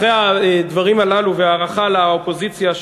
אחרי הדברים הללו וההערכה לאופוזיציה,